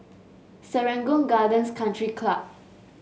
Serangoon Gardens Country Club